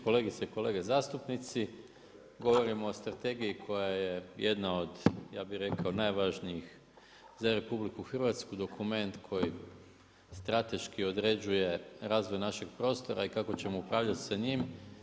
Kolegice i kolege zastupnici, govorimo o strategije koja je jedna od ja bih rekao najvažnijih za RH, dokument, koji strateški određuje razvoj našeg prostora i kako ćemo upravljati sa njim.